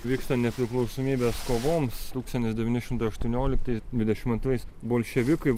vykstant nepriklausomybės kovoms tūkstantis devyni šimtai aštuonioliktais dvidešimt antrais bolševikai